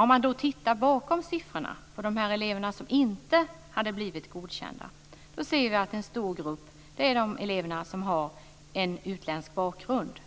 Om man tittar bakom siffrorna, på de elever som inte hade blivit godkända, då ser vi att en stor grupp utgörs av de elever som hade en utländsk bakgrund.